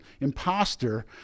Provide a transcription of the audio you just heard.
imposter